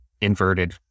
inverted